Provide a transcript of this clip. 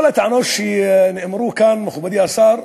כל הטענות שנאמרו כאן, מכובדי השר,